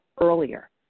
earlier